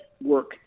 work